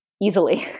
easily